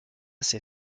ses